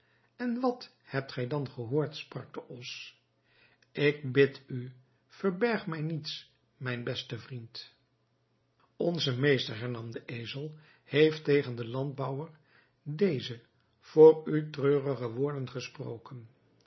en wat hebt gij dan gehoord sprak de os ik bid u verberg mij niets mijn beste vriend onze meester hernam de ezel heeft tegen den landbouwer deze voor u treurige woorden gesproken